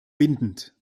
bindend